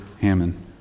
Hammond